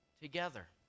together